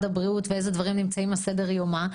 הבריאות ואילו דברים נמצאים על סדר יומה.